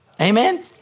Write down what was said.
Amen